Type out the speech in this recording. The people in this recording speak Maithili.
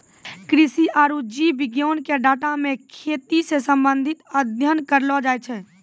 कृषि आरु जीव विज्ञान के डाटा मे खेती से संबंधित अध्ययन करलो जाय छै